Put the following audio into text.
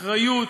אחריות,